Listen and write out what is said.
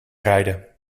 rijden